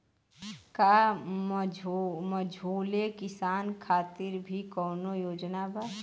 का मझोले किसान खातिर भी कौनो योजना बा?